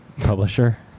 publisher